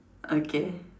okay